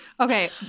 Okay